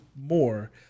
more